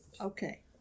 Okay